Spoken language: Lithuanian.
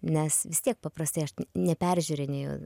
nes vis tiek paprastai aš neperžiūrinėju